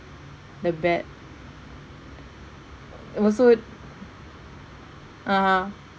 the bed it was so (uh huh)